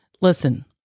Listen